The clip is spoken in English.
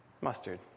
Mustard